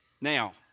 Now